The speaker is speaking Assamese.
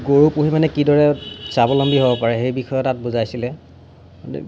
গৰু পুহি মানে কিদৰে স্বাৱলম্বী হ'ব পাৰে সেই বিসয়ে তাত বুজাইছিলে মানে